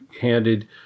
handed